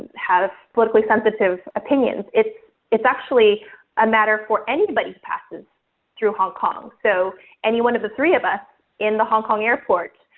have politically sensitive opinions. it's it's actually a matter for anybody who passes through hong kong. so any one of the three of us in the hong kong airport,